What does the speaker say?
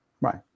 Right